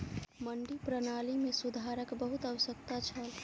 मंडी प्रणाली मे सुधारक बहुत आवश्यकता छल